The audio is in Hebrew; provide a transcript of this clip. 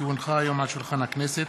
כי הונחו היום על שולחן הכנסת: